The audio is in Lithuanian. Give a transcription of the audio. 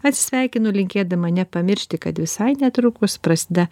atsisveikinu linkėdama nepamiršti kad visai netrukus prasideda